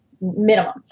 minimum